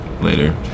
later